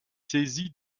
saisi